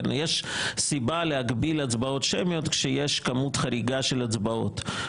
יש סיבה להגביל הצבעות שמיות כשיש כמות חריגה של הצבעות.